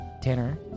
Tanner